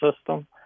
system